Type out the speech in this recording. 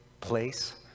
place